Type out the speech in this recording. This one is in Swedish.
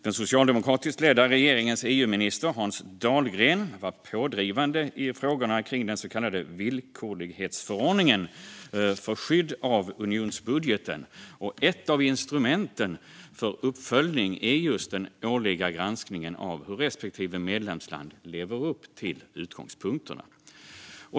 Den socialdemokratiskt ledda regeringens EU-minister Hans Dahlgren var pådrivande i frågorna kring den så kallade villkorlighetsförordningen för skydd av unionsbudgeten, och ett av instrumenten för uppföljning är just den årliga granskningen av hur respektive medlemsland lever upp till utgångspunkterna.